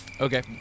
Okay